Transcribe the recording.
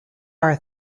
are